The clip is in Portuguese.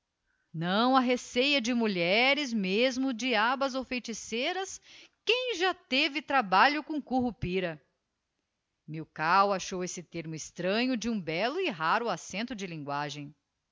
não se arreceia de mulheres mesmo diabas ou feiticeiras quem já teve trabalho com currupira milkau achou esse tertio extranho de um bello e raro accento de linuaem